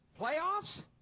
Playoffs